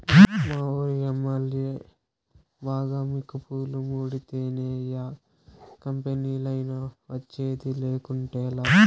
మావూరి MLA బాగా మికుపులు ముడితేనే యా కంపెనీలైనా వచ్చేది, లేకుంటేలా